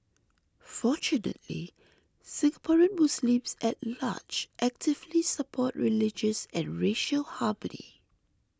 fortunately Singaporean Muslims at large actively support religious and racial harmony